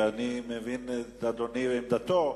ואני מבין את אדוני ואת עמדתו,